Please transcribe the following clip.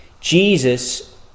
Jesus